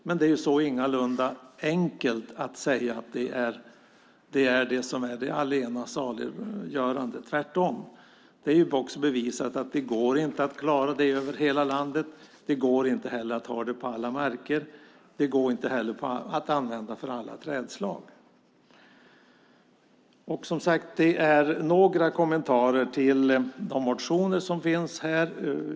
Men det är ingalunda enkelt att säga att det är detta som är det allena saliggörande. Tvärtom är det bevisat att det inte går att klara det i hela landet. Det går inte heller att ha det på alla marker och använda det för alla trädslag. Det var kommentarer till några motioner.